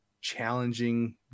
challenging